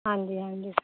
ਹਾਂਜੀ ਹਾਂਜੀ